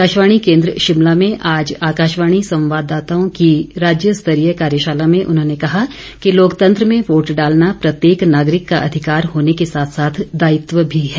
आकाशवाणी केन्द्र शिमला में आज आकाशवाणी संवाददाताओं की राज्य स्तरीय कार्यशाला में उन्होंने कहा कि लोकतंत्र में वोट डालना प्रत्येक नागरिक का अधिकार होने के साथ साथ दायित्व भी है